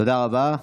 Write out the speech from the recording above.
תודה רבה.